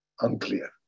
Unclear